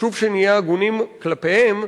חשוב שנהיה הגונים כלפיהם,